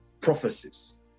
prophecies